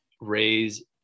raise